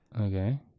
Okay